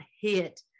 hit